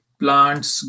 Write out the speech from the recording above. plants